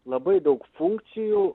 labai daug funkcijų